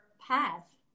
path